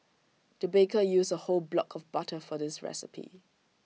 the baker used A whole block of butter for this recipe